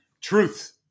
truth